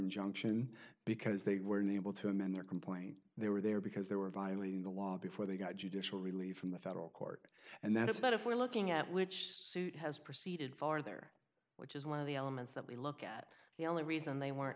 injunction because they were unable to amend their complaint they were there because they were violating the law before they got judicial relief from the federal court and that is that if we're looking at which has proceeded farther which is one of the elements that we look at the only reason they weren't